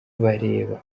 kugira